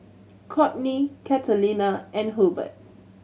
Cortney Catalina and Hurbert